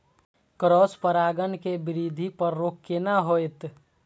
Cross परागण के वृद्धि पर रोक केना होयत?